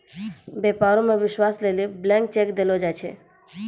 व्यापारो मे विश्वास लेली ब्लैंक चेक देलो जाय छै